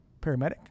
paramedic